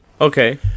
Okay